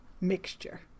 mixture